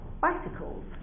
bicycles